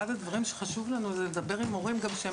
אחד הדברים שחשוב לנו הוא לדבר עם הורים גם שהם